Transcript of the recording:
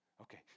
okay